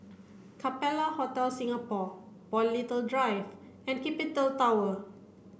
Capella Hotel Singapore Paul Little Drive and Capital Tower